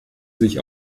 sich